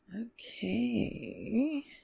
Okay